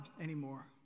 anymore